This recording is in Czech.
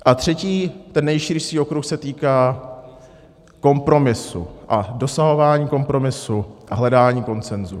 A třetí, ten nejširší okruh se týká kompromisu a dosahování kompromisu a hledání konsenzu.